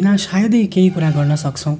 बिना सायदै केही कुरा गर्न सक्छौँ